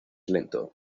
lento